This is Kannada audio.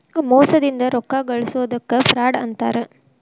ಮೋಸದಿಂದ ರೊಕ್ಕಾ ಗಳ್ಸೊದಕ್ಕ ಫ್ರಾಡ್ ಅಂತಾರ